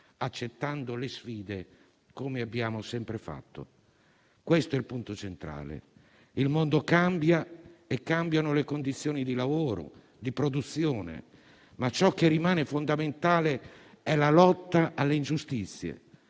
accettando le sfide, come sempre abbiamo fatto». Questo è il punto centrale. Il mondo cambia e cambiano le condizioni di lavoro, di produzione, ma ciò che rimane fondamentale è la lotta alle ingiustizie,